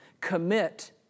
commit